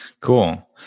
Cool